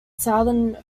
southern